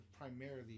primarily